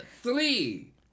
Three